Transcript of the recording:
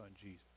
Jesus